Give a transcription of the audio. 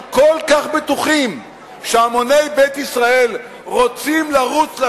אנחנו כל כך בטוחים שהמוני בית ישראל רוצים לרוץ לשטחים,